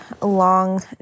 long